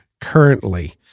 currently